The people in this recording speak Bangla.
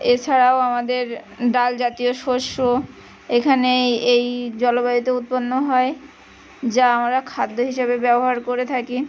এছাড়াও আমাদের ডাল জাতীয় শস্য এখানে এএই জলবায়ুতে উৎপন্ন হয় যা আমরা খাদ্য হিসাবে ব্যবহার করে থাকি